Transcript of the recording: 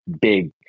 big